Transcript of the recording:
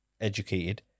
educated